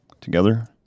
together